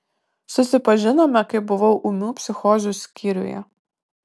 susipažinome kai buvau ūmių psichozių skyriuje